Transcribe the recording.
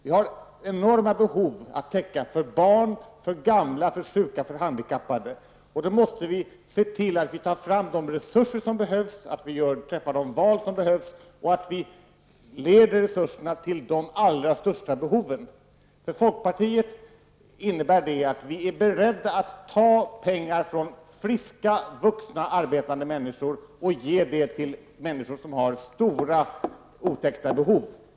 Vi har enorma behov att täcka för barn, för gamla, för sjuka, för handikappade, och då måste vi se till att ta fram de resurser som behövs, att träffa de val som gör att vi leder resurserna till de allra största behoven. För folkpartiet innebär det att vi är beredda att ta pengar från friska vuxna arbetande människor och ge till människor som har stora otäckta behov.